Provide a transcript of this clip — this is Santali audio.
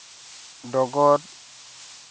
ᱰᱚᱜᱚᱨ